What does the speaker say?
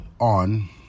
on